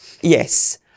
yes